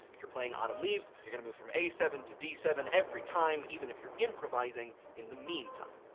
if you're playing autumn leaves, you're going to move from a seven to d seven every time, even if you're improvising in the meantime.